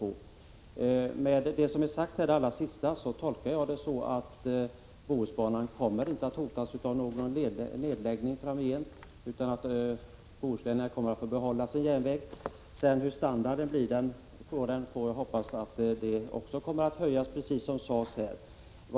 Det allra sista som kommunikationsministern sade tolkar jag så att Bohusbanan inte hotas av någon nedläggning framgent utan att Bohuslän kommer att få behålla sin järnväg. Standarden kommer förhoppningsvis att höjas, som sades här.